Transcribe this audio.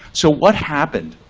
so what happened